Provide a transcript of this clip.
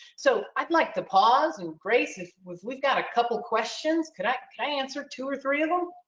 so i'd like to pause and grace, if we've we've got a couple of questions, could i could i answer two or three of them?